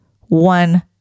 one